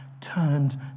turned